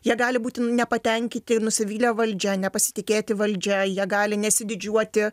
jie gali būti nepatenkinti nusivylę valdžia nepasitikėti valdžia jie gali nesididžiuoti